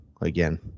again